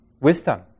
wisdom